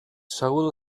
shovel